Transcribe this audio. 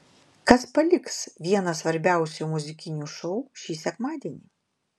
kas paliks vieną svarbiausių muzikinių šou šį sekmadienį